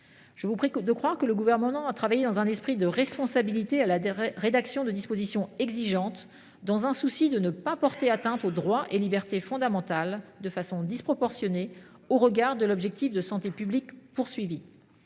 Je vous prie de croire que le Gouvernement a travaillé dans un esprit de responsabilité à la rédaction de dispositions exigeantes, dans le souci de ne pas porter atteinte aux droits et libertés fondamentales de façon disproportionnée au regard de l’objectif de santé publique visé.